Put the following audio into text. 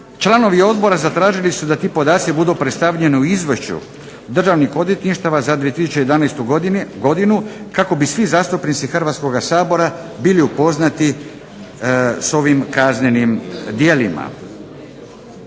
članovi odbora zatražili su da ti podaci budu predstavljeni u Izvješću državnih odvjetništava za 2011. godinu kako bi svi zastupnici Hrvatskoga sabora bili upoznati s ovim kaznenim djelima.